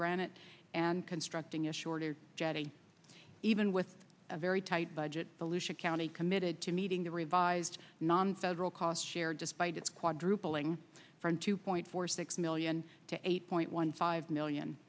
granite and constructing a shorter jetty even with a very tight budget the lucia county committed to meeting the revised nonfederal cost share despite its quadrupling from two point four six million to eight point one five million